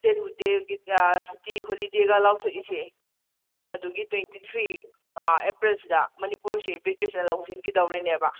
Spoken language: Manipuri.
ꯏꯁꯇꯦꯠꯍꯨꯗ ꯗꯦꯒꯤꯒ ꯁꯨꯇꯤ ꯍꯣꯂꯤꯗꯦꯒ ꯂꯥꯎꯊꯣꯛꯏꯁꯦ ꯑꯗꯨꯒꯤ ꯇ꯭ꯋꯦꯟꯇꯤ ꯊ꯭ꯔꯤ ꯑꯦꯄ꯭ꯔꯤꯜ ꯁꯤꯗ ꯃꯅꯤꯄꯨꯔꯁꯦ ꯕ꯭ꯔꯤꯇꯤꯁꯅ ꯂꯧꯁꯤꯟꯈꯤꯗꯧꯔꯤꯅꯦꯕ